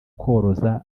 koroza